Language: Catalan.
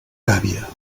gàbia